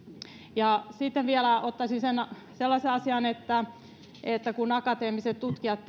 ja sitten vielä ottaisin sellaisen asian että kun akateemiset tutkijat